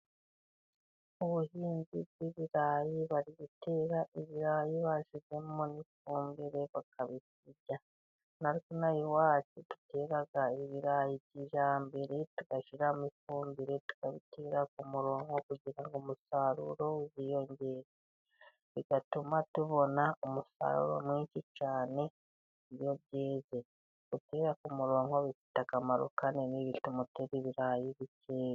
Ubuhinzi bw’ibirayi, bari gutera ibirayi, bashyizemo n’ifumbire, bakabisibiranya. Natwe, inaha iwacu, dutera ibirayi kijyambere, dushyiramo ifumbire. Tubitera ku murongo, kugira umusaruro wiyongere, bigatuma tubona umusaruro mwinshi cyane, iyo byeze. Gutera ku murongo, bifite akamaro kanini, bituma utera ibirayi bikeya.